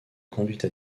conduite